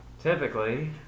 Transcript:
Typically